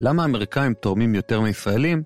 למה האמריקאים תורמים יותר מישראלים?